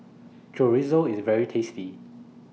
Chorizo IS very tasty